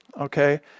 okay